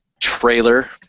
trailer